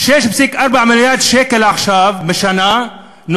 ג'מאל זחאלקה,